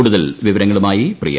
കൂടുതൽ വിവരങ്ങളുമായി പ്രിയ